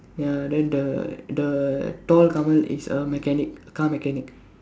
ya then the the tall Kamal is a mechanic car mechanic